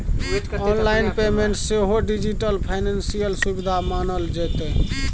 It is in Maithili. आनलाइन पेमेंट सेहो डिजिटल फाइनेंशियल सुविधा मानल जेतै